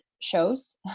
shows